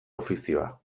ofizioa